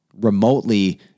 remotely